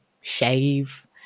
shave